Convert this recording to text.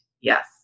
Yes